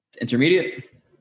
intermediate